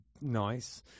nice